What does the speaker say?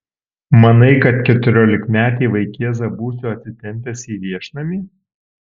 manai kad keturiolikmetį vaikėzą būsiu atsitempęs į viešnamį